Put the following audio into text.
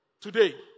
Today